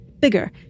Bigger